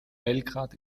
belgrad